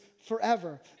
forever